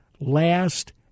last